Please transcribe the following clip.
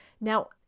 now